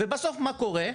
ובסוף מה קורה?